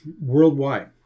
worldwide